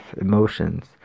emotions